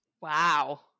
Wow